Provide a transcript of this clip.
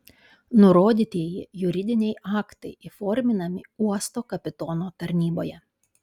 nurodytieji juridiniai aktai įforminami uosto kapitono tarnyboje